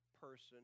person